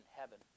heaven